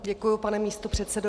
Děkuji, pane místopředsedo.